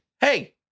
hey